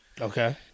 Okay